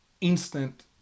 instant